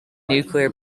nuclear